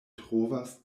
trovas